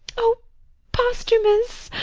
o posthumus!